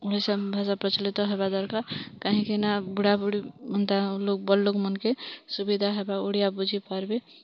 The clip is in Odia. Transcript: ଓଡ଼ିଶା ଭାଷା ପ୍ରଚଳିତ ହେବା ଦରକାର୍ କାହିଁକିନା ବୁଢ଼ାବୁଢ଼ୀ ଏନ୍ତା ଲୋକ୍ ବଡ଼୍ ଲୋକ୍ମାନ୍ଙ୍କେ ସୁବିଧା ହେବେ ଓଡ଼ିଆ ବୁଝି ପାର୍ବେ